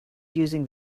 using